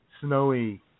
snowy